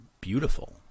beautiful